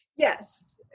Yes